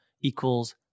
equals